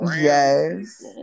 Yes